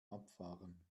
abfahren